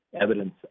evidence